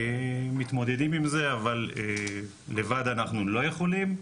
מתמודדים עם זה אבל לבד אנחנו לא יכולים,